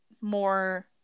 more